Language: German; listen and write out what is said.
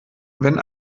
wenn